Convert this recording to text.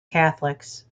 catholics